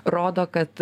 rodo kad